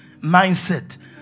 mindset